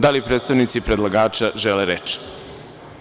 Da li predstavnici predlagača žele reč?